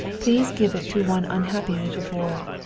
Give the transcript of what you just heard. please give it to one unhappy little boy.